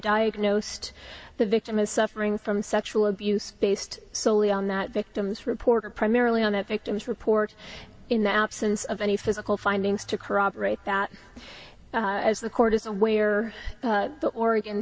diagnosed the victim is suffering from sexual abuse based solely on that victim's reported primarily on the victim's report in the absence of any physical findings to corroborate that as the court is away or the oregon